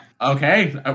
Okay